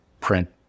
print